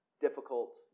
difficult